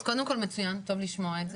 אז קודם כל מצוין, טוב לשמוע את זה.